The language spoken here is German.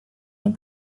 dem